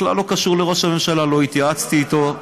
בכלל לא קשור לראש הממשלה, לא התייעצתי איתו.